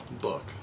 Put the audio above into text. book